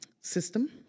system